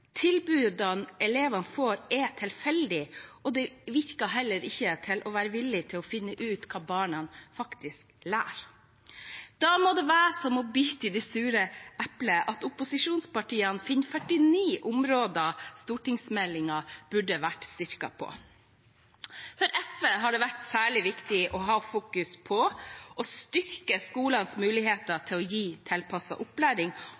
elevene får, er tilfeldig, og det virker heller ikke som man er villig til å finne ut hva barna faktisk lærer. Da må det være som å bite i det sure eplet at opposisjonspartiene finner 49 områder stortingsmeldingen burde vært styrket på. For SV har det vært særlig viktig å fokusere på å styrke skolens muligheter til å gi tilpasset opplæring